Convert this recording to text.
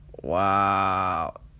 Wow